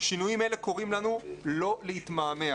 שינויים אלה קוראים לנו לא להתמהמה,